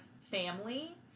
family